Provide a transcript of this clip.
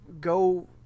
go